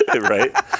Right